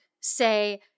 say